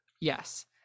Yes